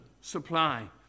supply